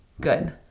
Good